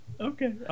Okay